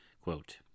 Quote